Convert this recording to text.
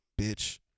bitch